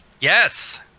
Yes